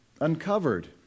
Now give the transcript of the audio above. uncovered